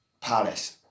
Palace